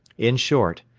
in short,